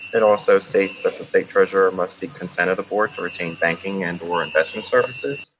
it also states that the state treasurer must seek consent of the board to retain banking and or investment services.